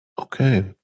okay